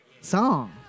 song